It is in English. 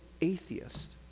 atheist